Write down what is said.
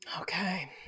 okay